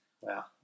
wow